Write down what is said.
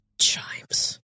chimes